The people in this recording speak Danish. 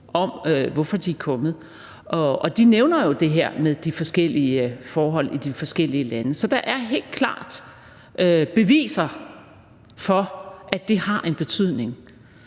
om, hvorfor de er kommet, og de nævner jo det her med de forskellige forhold i de forskellige lande. Så der er helt klart beviser for, at det har en betydning